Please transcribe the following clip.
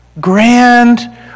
grand